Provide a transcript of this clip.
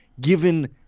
given